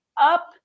up